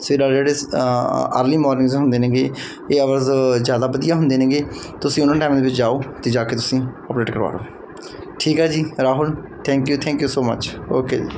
ਸਵੇਰਾ ਜਿਹੜੇ early morning ਹੁੰਦੇ ਨੇਗੇ ਇਹ ਆਵਰਜ ਜ਼ਿਆਦਾ ਵਧੀਆ ਹੁੰਦੇ ਨੇਗੇ ਤੁਸੀਂ ਉਹਨਾਂ ਟਾਈਮ ਦੇ ਵਿੱਚ ਜਾਓ ਅਤੇ ਜਾ ਕੇ ਤੁਸੀਂ ਅਪਡੇਟ ਕਰਵਾ ਲਓ ਠੀਕ ਆ ਜੀ Rahul thank you thank you so much okay ਜੀ